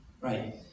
Right